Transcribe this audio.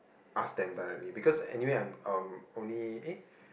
ask them directly because anyway I am um only eh